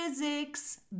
physics